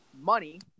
money